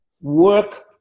work